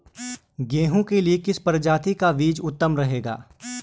गेहूँ के लिए किस प्रजाति का बीज उत्तम रहेगा?